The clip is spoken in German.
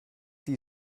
die